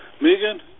Megan